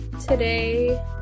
today